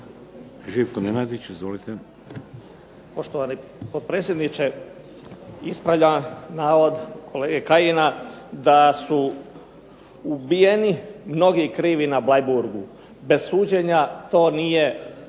**Nenadić, Živko (HDZ)** Gospodine potpredsjedniče, ispravljam navod kolega Kajina da su ubijeni mnogi krivi na Bleiburgu. Bez suđenja to nije točna